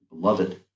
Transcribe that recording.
beloved